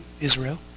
Israel